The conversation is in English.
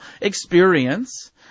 experience